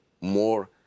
more